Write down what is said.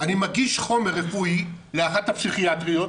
אני מגיש חומר רפואי לאחת הפסיכיאטריות,